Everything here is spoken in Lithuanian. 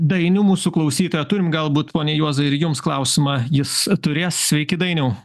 dainių mūsų klausytoją turimegalbūt pone juozai ir jums klausimą jis turės sveiki dainiau